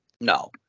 No